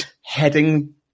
heading